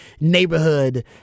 neighborhood